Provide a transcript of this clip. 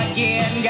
Again